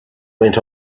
went